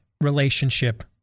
relationship